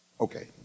Okay